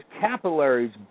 capillaries